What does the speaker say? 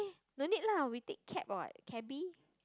no need lah we take cab what cabbie